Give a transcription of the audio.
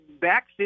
back